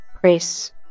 press